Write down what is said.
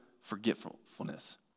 forgetfulness